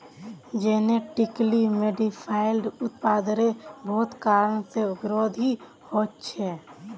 genetically modified उत्पादेर बहुत कारण से विरोधो होछे